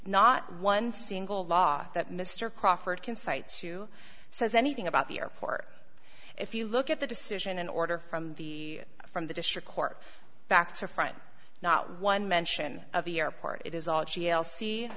not one single law that mr crawford can cite sue says anything about the airport if you look at the decision an order from the from the district court back to front not one mention of the airport it is all a g l c